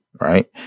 right